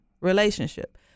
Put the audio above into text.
relationship